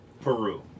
Peru